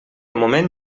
moment